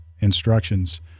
instructions